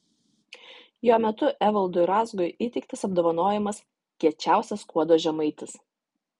jo metu evaldui razgui įteiktas apdovanojimas kiečiausias skuodo žemaitis